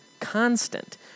constant